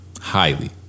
Highly